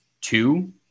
two